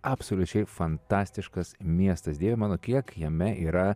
absoliučiai fantastiškas miestas dieve mano kiek jame yra